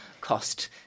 cost